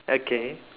okay